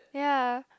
ya